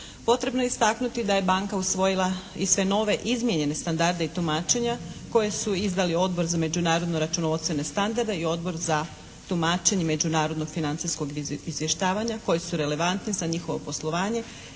Potrebno je istaknuti da je banka usvojila i sve nove izmijenjene standarde i tumačenja koje su izveli Odbor za međunarodne računovodstvene standarde i Odbor za tumačenje međunarodnog financijskog izvještavanja koji su relevantni za njihovo poslovanje